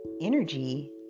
energy